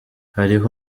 hariho